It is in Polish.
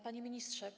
Panie Ministrze!